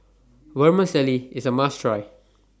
Vermicelli IS A must Try